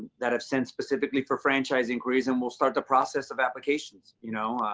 that have sent specifically for franchise inquiries. and we'll start the process of applications, you know.